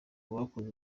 bakoze